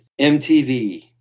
MTV